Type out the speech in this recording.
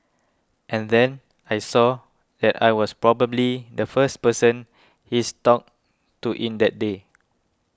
and then I saw that I was probably the first person he's talked to in that day